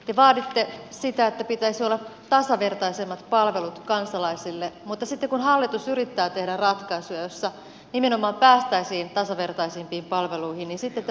te vaaditte sitä että pitäisi olla tasavertaisemmat palvelut kansalaisille mutta sitten kun hallitus yrittää tehdä ratkaisuja joissa nimenomaan päästäisiin tasavertaisempiin palveluihin niin te vastustatte